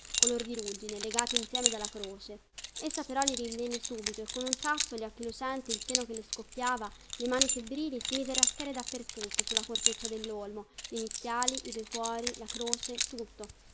color di ruggine legati insieme dalla croce essa però li rinvenne subito e con un sasso gli occhi lucenti il seno che le scoppiava le mani febbrili si mise a raschiare da per tutto sulla corteccia dellolmo le iniziali i due cuori la croce tutto